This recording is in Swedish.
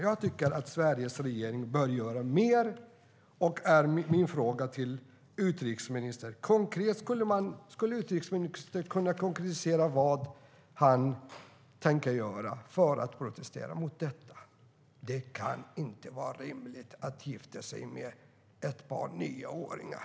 Jag tycker att Sveriges regering bör göra mer. Min fråga till utrikesministern är: Skulle utrikesministern kunna konkretisera vad han tänker göra för att protestera mot detta? Det kan inte vara rimligt att man gifter sig med nioåringar.